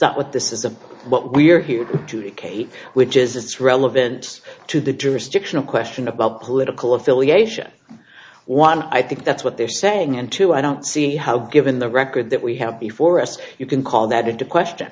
not what this is a what we're here to educate which is it's relevant to the jurisdictional question about political affiliation one i think that's what they're saying and two i don't see how given the record that we have before us you can call that into question